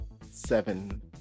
seven